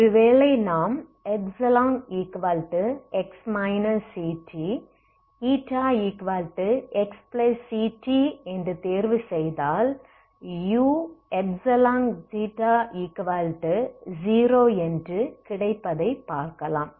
ஒரு வேளை நாம் x ct xct என்று தேர்வு செய்தால் uξη0 என்று கிடைப்பதை பார்க்கலாம்